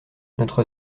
notre